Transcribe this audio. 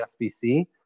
SBC